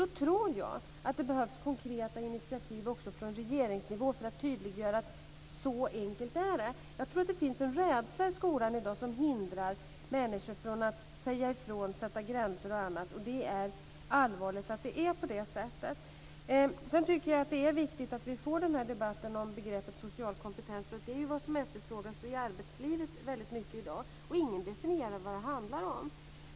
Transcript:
Då tror jag att det behövs konkreta initiativ också från regeringsnivå för att tydliggöra att så enkelt är det. Jag tror att det finns en rädsla i skolan i dag som hindrar människor från att säga ifrån, sätta gränser osv., och det är allvarligt att det är på det sättet. Sedan tycker jag att det är viktigt att vi får den här debatten om begreppet social kompetens, för det är ju vad som efterfrågas i arbetslivet väldigt mycket i dag. Men ingen definierar vad det handlar om.